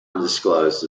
undisclosed